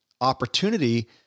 opportunity